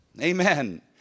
Amen